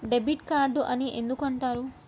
Debit card అని ఎందుకు అంటారు?